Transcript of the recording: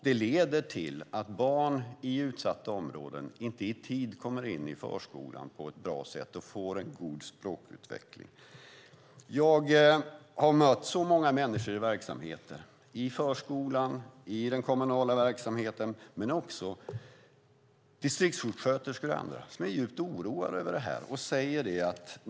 Det leder till att barn i utsatta områden inte i tid kommer in i förskolan på ett bra sätt och får en god språkutveckling. Jag har mött många människor i verksamheter - i förskolan, i den kommunala verksamheten men också distriktssjuksköterskor och andra som är djupt oroade över detta.